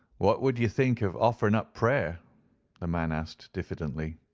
what would ye think of offering up prayer the man asked diffidently.